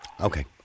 Okay